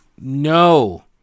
No